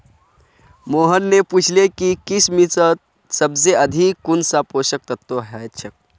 मोहन ने पूछले कि किशमिशत सबसे अधिक कुंन सा पोषक तत्व ह छे